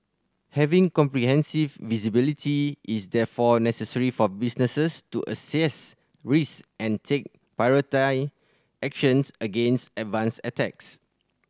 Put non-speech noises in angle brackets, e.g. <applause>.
having comprehensive visibility is therefore necessary for businesses to assess risk and take <unintelligible> actions against advanced attacks